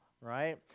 right